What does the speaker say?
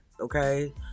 okay